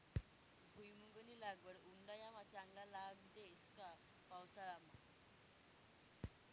भुईमुंगनी लागवड उंडायामा चांगला लाग देस का पावसाळामा